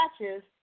matches